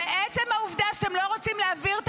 ועצם העובדה הוא שאתם לא רוצים להעביר את